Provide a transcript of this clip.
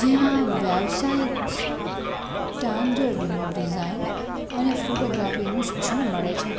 જ્યાં વ્યવસાયીક સ્ટાન્ડર્ડનું ડિઝાઇન અને ફોટોગ્રાફીનું શિક્ષણ મળે છે